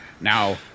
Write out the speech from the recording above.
Now